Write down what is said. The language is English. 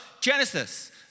Genesis